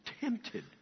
tempted